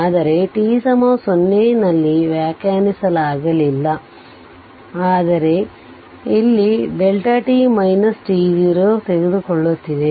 ಆದರೆ t 0 ನಲ್ಲಿ ವ್ಯಾಖ್ಯಾನಿಸಲಾಗಿಲ್ಲ ಆದರೆ ಇಲ್ಲಿ Δ t t0 ತೆಗೆದುಕೊಳ್ಳುತ್ತಿದೆ